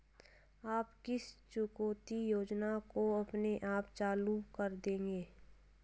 आप किस चुकौती योजना को अपने आप चालू कर देंगे?